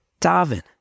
Davin